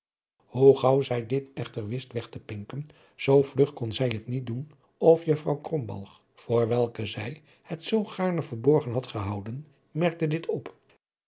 hoe gaauw zij dit echter wist weg te pinken zoo vlug kon zij het niet doen of juffr krombalg voor welke zij het zoo gaarne verborgen had gehouden merkte dit op